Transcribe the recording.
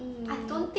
mm